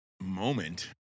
moment